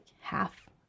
half